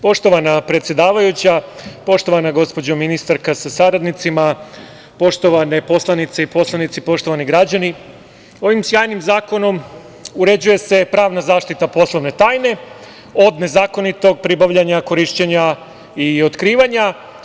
Poštovana predsedavajuća, poštovana gospođa ministarka sa saradnicima, poštovane poslanice i poslanici, poštovani građani, ovim sjajnim zakonom uređuje se pravna zaštita poslovne tajne od nezakonitog pribavljanja, korišćenja i otkrivanja.